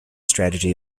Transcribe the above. strategy